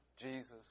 Jesus